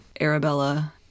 arabella